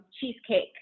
cheesecake